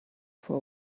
for